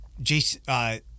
Jason